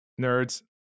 Nerds